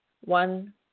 one